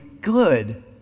good